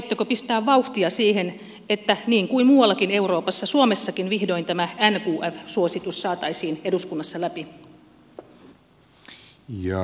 aiotteko pistää vauhtia siihen että niin kuin muuallakin euroopassa suomessakin vihdoin tämä nqf suositus saataisiin eduskunnassa läpi